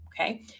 Okay